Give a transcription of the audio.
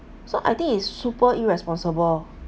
so I think it's super irresponsible